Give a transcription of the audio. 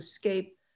escape